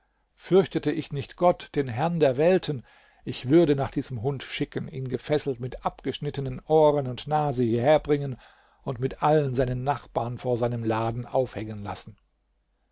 fürchtete ich nicht gott den herrn der welten ich würde nach diesem hund schicken ihn gefesselt mit abgeschnittenen ohren und nase hierherbringen und mit allen seinen nachbarn vor seinem laden aufhängen lassen